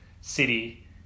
City